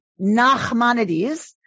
Nachmanides